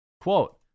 quote